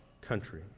country